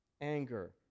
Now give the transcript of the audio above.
anger